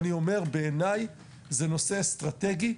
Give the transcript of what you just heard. בעיניי, זה נושא אסטרטגי,